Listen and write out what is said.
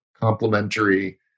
complementary